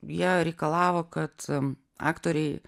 jie reikalavo kad aktoriai